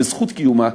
בזכות קיומה,